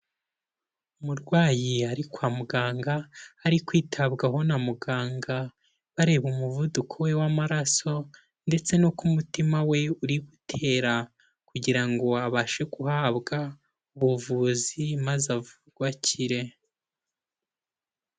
Umurwayi ari kwa muganga, ari kwitabwaho na muganga bareba umuvuduko we w'amaraso ndetse n'uko umutima we uri gutera kugira ngo abashe guhabwa ubuvuzi maze avurwakire.